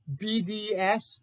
BDS